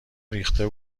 ریخته